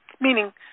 meaning